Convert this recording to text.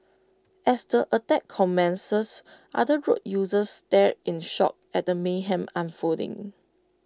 as the attack commences other road users stared in shock at the mayhem unfolding